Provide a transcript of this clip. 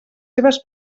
seves